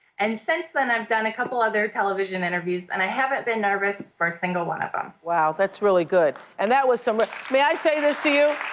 and since then i've done a couple other television interviews and i haven't been nervous for a single one of them. winfrey wow, that's really good. and that was so but may i say this to you?